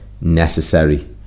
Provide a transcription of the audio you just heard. necessary